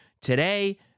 Today